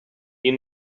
you